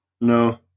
No